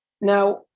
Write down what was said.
Now